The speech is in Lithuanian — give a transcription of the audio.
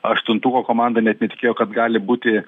aštuntuko komanda net netikėjo kad gali būti